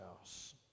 house